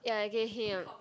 ya I gave him